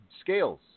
scales